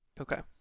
Okay